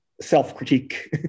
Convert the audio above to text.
self-critique